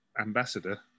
ambassador